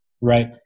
Right